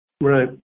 Right